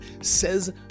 says